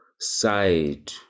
side